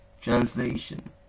translation